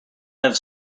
have